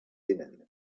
linen